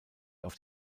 auf